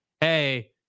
hey